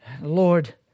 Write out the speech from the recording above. Lord